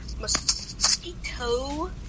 Mosquito